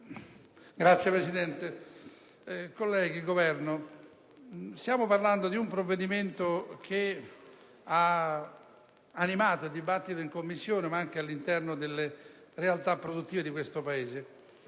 rappresentanti del Governo, stiamo parlando di un provvedimento che ha animato il dibattito in Commissione ed anche all'interno delle realtà produttive di questo Paese,